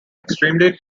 extremely